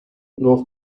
north